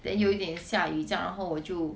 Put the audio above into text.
then 有一点下雨这样然后我就